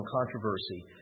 Controversy